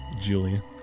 Julia